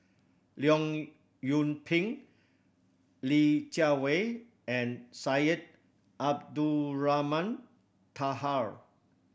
Leong Yoon Pin Li Jiawei and Syed Abdulrahman Taha